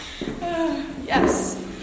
Yes